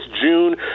June